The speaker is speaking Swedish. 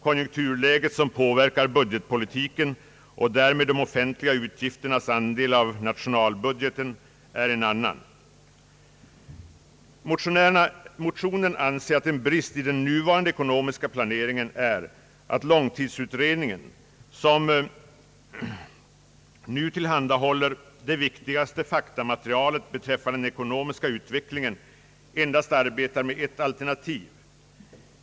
Konjunkturläget, som påverkar budgetpolitiken och därmed de offentliga utgifternas andel av nationalbudgeten, är en annan. Motionärerna anser att en brist i den nuvarande ekonomiska planeringen är att långtidsutredningen, som nu tillhandahåller det viktigaste faktamaterialet beträffande den ekonomiska utvecklingen, endast arbetar med ett alternativ.